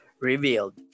revealed